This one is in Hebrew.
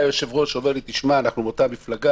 היושב-ראש בא ואומר לי: "אנחנו באותה המפלגה,